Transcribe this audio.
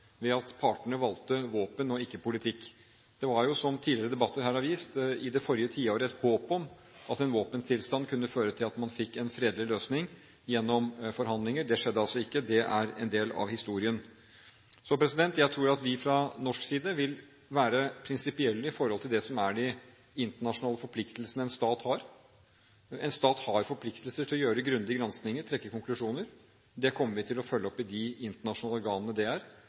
ved at partene valgte våpen og ikke politikk. Det var jo, som tidligere debatter her har vist, i det forrige tiåret et håp om at en våpenstillstand kunne føre til at man fikk en fredelig løsning gjennom forhandlinger. Det skjedde altså ikke. Det er en del av historien. Jeg tror at vi fra norsk side vil være prinsipielle i forhold til det som er de internasjonale forpliktelsene en stat har. En stat har forpliktelser til å gjøre grundige granskninger og trekke konklusjoner. Det kommer vi til å følge opp i de internasjonale organene som det er.